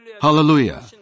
Hallelujah